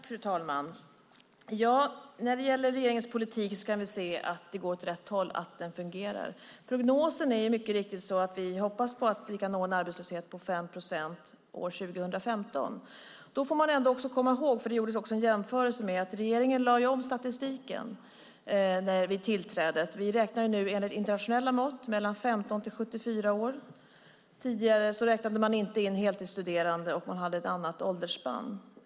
Fru talman! När det gäller regeringens politik kan vi se att det går åt rätt håll, att politiken fungerar. Prognosen är mycket riktigt att vi hoppas kunna nå en arbetslöshet på 5 procent år 2015. Då får man också komma ihåg - det gjordes ju en jämförelse - att regeringen lade om statistiken när vi tillträdde. Vi räknar nu enligt internationella mått personer mellan 15 och 74 år. Tidigare räknade man inte in heltidsstuderande, och man hade ett annat åldersspann.